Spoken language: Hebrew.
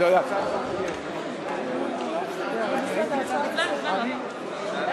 ההצעה להפוך את הצעת חוק המים (תיקון,